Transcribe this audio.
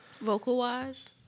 Vocal-wise